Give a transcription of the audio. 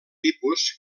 tipus